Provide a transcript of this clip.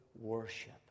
worship